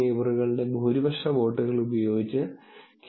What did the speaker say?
സാധ്യമായ 2 പരാജയ മോഡുകൾ ഇവയാണെന്ന് നമുക്ക് അനുമാനിക്കാം